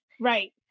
right